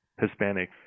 Hispanic